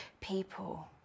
people